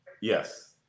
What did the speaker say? Yes